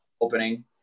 opening